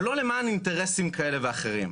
ולא למען אינטרסים כאלה ואחרים.